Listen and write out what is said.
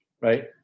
right